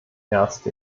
erste